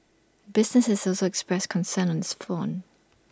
businesses also expressed concern on this front